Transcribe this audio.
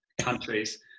countries